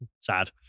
Sad